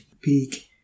big